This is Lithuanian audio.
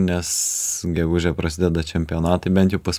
nes gegužę prasideda čempionatai bent jau pas